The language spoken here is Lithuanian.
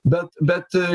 bet bet